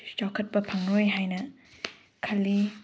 ꯆꯥꯎꯈꯠꯄ ꯐꯪꯂꯣꯏ ꯍꯥꯏꯅ ꯈꯜꯂꯤ